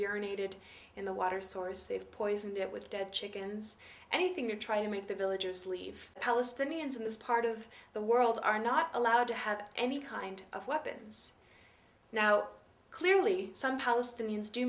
urinated in the water source they've poisoned it with dead chickens anything to try to make the villagers leave the palestinians in this part of the world are not allowed to have any kind of weapons now clearly some palestinians do